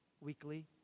weekly